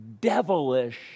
devilish